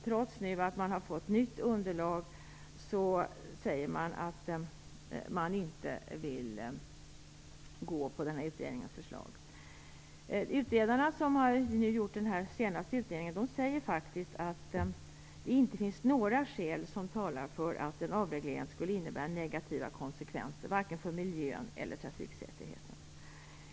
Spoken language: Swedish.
Trots att man har fått nytt underlag säger man att man inte vill gå på utredningens förslag. De utredare som har gjort den senaste utredningen säger faktiskt att det inte finns några skäl som talar för att en avreglering skulle innebära negativa konsekvenser, varken för miljön eller trafiksäkerheten.